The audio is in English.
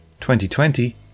2020